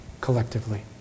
collectively